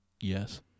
yes